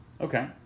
Okay